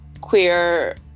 queer